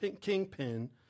Kingpin